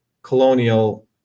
colonial